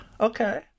Okay